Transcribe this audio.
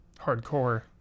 Hardcore